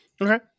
Okay